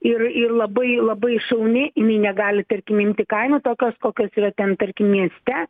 ir ir labai labai šauni jinai negali tarkim imti kainų tokios kokios yra ten tarkim mieste